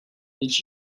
did